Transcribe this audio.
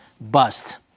bust